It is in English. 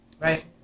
Right